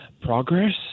progress